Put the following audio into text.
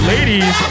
Ladies